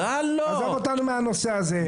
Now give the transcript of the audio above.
עזוב אותנו מהנושא הזה.